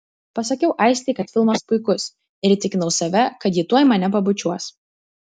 pasakiau aistei kad filmas puikus ir įtikinau save kad ji tuoj mane pabučiuos